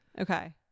Okay